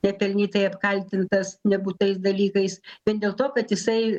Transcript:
nepelnytai apkaltintas nebūtais dalykais vien dėl to kad jisai